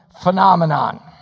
phenomenon